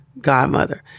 godmother